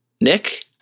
Nick